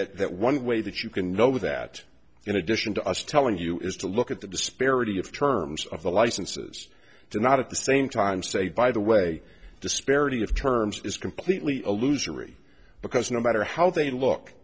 that that one way that you can know that in addition to us telling you is to look at the disparity of terms of the licenses do not at the same time say by the way disparity of terms is completely a loser e because no matter how they look